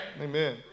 Amen